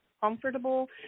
comfortable